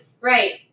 Right